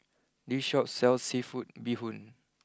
this Shop sells Seafood Bee Hoon